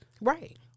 Right